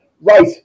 Right